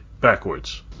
backwards